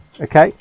Okay